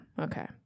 okay